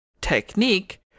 technique